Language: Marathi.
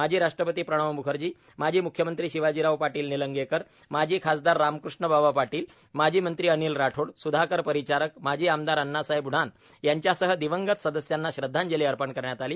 माजी राष्ट्रपती प्रणव म्खर्जी माजी म्ख्यमंत्री शिवाजीराव पाटील निलंगेकर माजी खासदार रामक़ष्णबाबा पाटील माजी मंत्री अनिल राठोड स्धाकर परिचारक माजी आमदार अण्णासाहेब उढाण यांच्यासह दिवंगत सदस्यांना श्रद्धांजली अर्पण करण्यात आली